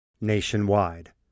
nationwide